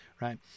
right